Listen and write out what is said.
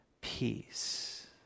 peace